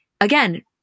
again